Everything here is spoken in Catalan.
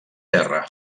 terra